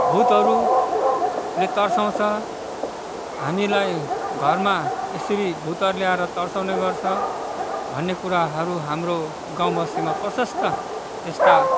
भुतहरूले तर्साउँछ हामीलाई घरमा यसरी भुतहरूले आएर तर्साउने गर्छ भन्ने कुराहरू हाम्रो गाउँ बस्तीमा प्रशस्त यस्ता